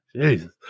Jesus